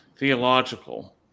theological